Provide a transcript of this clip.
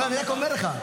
אני רק אומר לך.